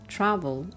Travel